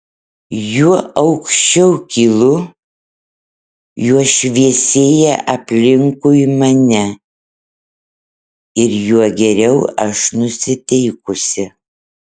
juo aukščiau kylu juo šviesėja aplinkui mane ir juo geriau aš nusiteikusi